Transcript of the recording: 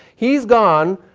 he's gone.